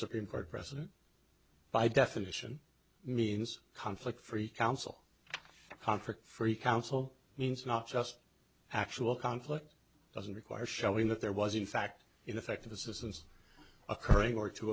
court precedent by definition means conflict free counsel conflict free counsel means not just actual conflict doesn't require showing that there was in fact ineffective assistance occurring or to